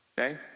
Okay